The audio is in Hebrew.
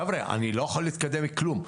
חבר'ה, אני לא יכול להתקדם מכלום.